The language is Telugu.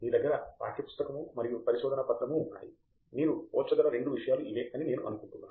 మీ దగ్గర పాఠ్యపుస్తకము మరియు పరిశోధనా పత్రము ఉన్నాయి మీరు పోల్చగల రెండు విషయాలు ఇవే అని నేను అనుకుంటున్నాను